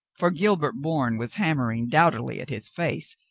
for gilbert bourne was hammering doughtily at his face,